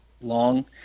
long